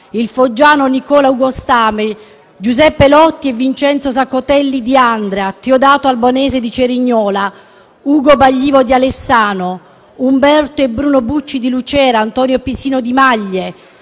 il foggiano Nicola Ugo Stame, Giuseppe Lotti e Vincenzo Saccotelli di Andria, Teodato Albanese di Cerignola, Ugo Baglivo di Alessano, Umberto e Bruno Bucci di Lucera, Antonio Pisino Di Maglie,